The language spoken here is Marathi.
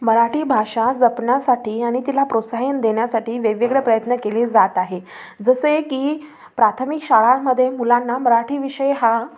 मराठी भाषा जपण्यासाठी आणि तिला प्रोत्साहित देण्यासाठी वेगवेगळं प्रयत्न केली जात आहे जसे की प्राथमिक शाळांमध्ये मुलांना मराठी विषय हा